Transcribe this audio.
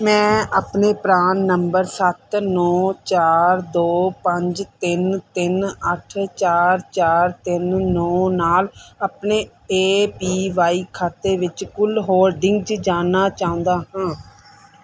ਮੈਂ ਆਪਣੇ PRAN number ਸੱਤ ਨੌ ਚਾਰ ਦੋ ਪੰਜ ਤਿੰਨ ਤਿੰਨ ਅੱਠ ਚਾਰ ਚਾਰ ਤਿੰਨ ਨੌ ਨਾਲ ਆਪਣੇ ਏ ਪੀ ਵਾਈ ਖਾਤੇ ਵਿੱਚ ਕੁੱਲ ਹੋਲਡਿੰਗਜ਼ ਜਾਣਨਾ ਚਾਹੁੰਦਾ ਹਾਂ